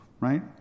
Right